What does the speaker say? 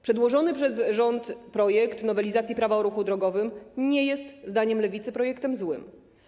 Przedłożony przez rząd projekt nowelizacji Prawa o ruchu drogowym nie jest, zdaniem Lewicy, projektem złym.